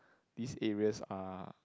these areas are